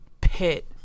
pit